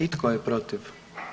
I tko je protiv?